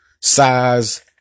size